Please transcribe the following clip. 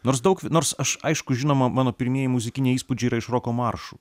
nors daug nors aš aišku žinoma mano pirmieji muzikiniai įspūdžiai yra iš roko maršų